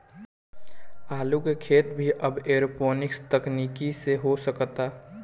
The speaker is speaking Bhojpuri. आलू के खेती भी अब एरोपोनिक्स तकनीकी से हो सकता